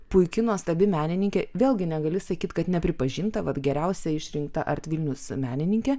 puiki nuostabi menininkė vėlgi negali sakyt kad nepripažinta vat geriausia išrinkta ar vilnius menininkė